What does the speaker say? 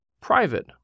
private